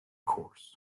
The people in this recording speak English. course